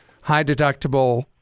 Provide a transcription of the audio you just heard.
high-deductible